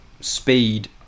speed